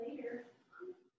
later